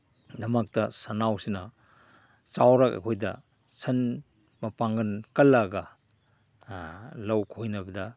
ꯗꯃꯛꯇ ꯁꯟꯅꯥꯎꯁꯤꯅ ꯆꯥꯎꯔꯒ ꯑꯩꯈꯣꯏꯗ ꯁꯟ ꯃꯄꯥꯡꯒꯜ ꯀꯜꯂꯒ ꯂꯧ ꯈꯣꯏꯅꯕꯗ